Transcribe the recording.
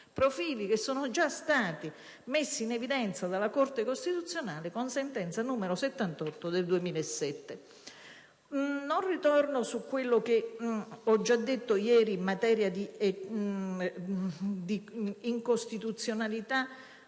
profili sono già stati messi in evidenza dalla Corte costituzionale con la sentenza n. 78 del 2007. Non ritorno su quanto ho già sottolineato ieri in materia di incostituzionalità